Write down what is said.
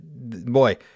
boy